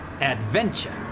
Adventure